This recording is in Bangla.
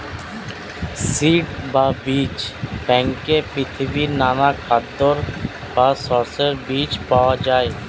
সিড বা বীজ ব্যাংকে পৃথিবীর নানা খাদ্যের বা শস্যের বীজ পাওয়া যায়